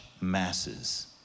masses